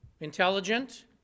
intelligent